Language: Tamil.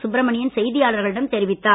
சுப்ரமணியன் செய்தியாளர்களிடம் தெரிவித்தார்